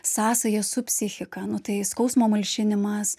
sąsają su psichika nu tai skausmo malšinimas